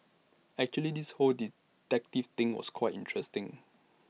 actually this whole detective thing was quite exciting